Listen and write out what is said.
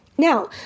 Now